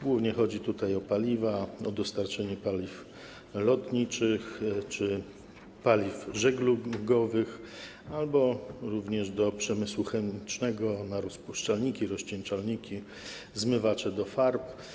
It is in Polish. Głównie chodzi tutaj o paliwa, o dostarczenie paliw lotniczych czy paliw żeglugowych albo do przemysłu chemicznego na rozpuszczalniki, rozcieńczalniki, zmywacze do farb.